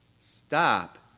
stop